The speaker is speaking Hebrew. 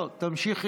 תמשיכי.